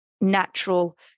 natural